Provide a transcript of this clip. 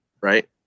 right